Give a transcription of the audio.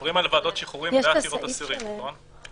מדברים על ועדות שחרורים ועתירות אסירים, נכון?